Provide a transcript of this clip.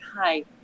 hi